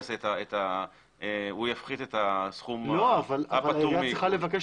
הוא יפחית את הסכום הפטור מעיקול.